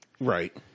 Right